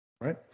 right